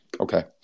Okay